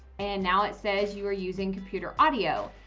and now it says you are using computer audio.